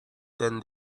than